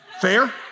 Fair